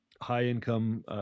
high-income